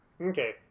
Okay